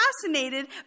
fascinated